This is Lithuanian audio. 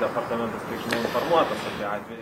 departamentas kiek žinau informuotas apie atvejį